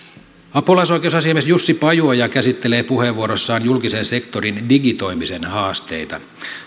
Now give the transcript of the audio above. apulaisoikeusasiamies jussi pajuoja käsittelee puheenvuorossaan julkisen sektorin digitoimisen haasteita